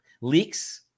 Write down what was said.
leaks